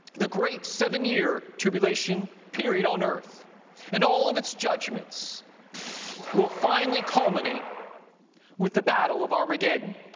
the great seven-year tribulation period on earth and all of its judgments will finally culminate with the battle of armageddon,